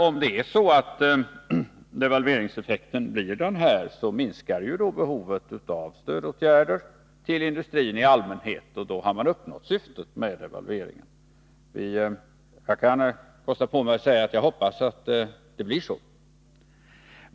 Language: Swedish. Om devalveringseffekten blir denna, minskar ju behovet av stödåtgärder till industrin i allmänhet. Då har man uppnått syftet med devalveringen. Jag kan kosta på mig att säga att jag hoppas att det blir så.